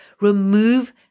remove